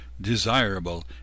desirable